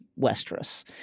Westeros